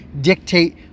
dictate